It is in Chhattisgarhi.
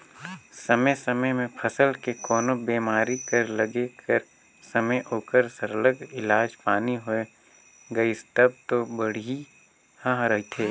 समे समे में फसल के कोनो बेमारी कर लगे कर समे ओकर सरलग इलाज पानी होए गइस तब दो बड़िहा रहथे